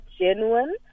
genuine